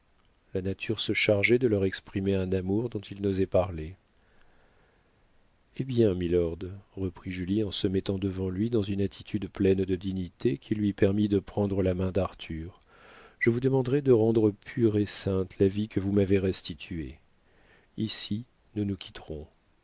la nature se chargeait de leur exprimer un amour dont ils n'osaient parler eh bien milord reprit julie en se mettant devant lui dans une attitude pleine de dignité qui lui permit de prendre la main d'arthur je vous demanderai de rendre pure et sainte la vie que vous m'avez restituée ici nous nous quitterons